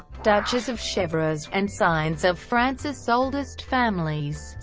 duchess of chevreuse and scions of france's oldest families,